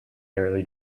nearly